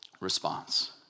response